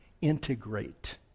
integrate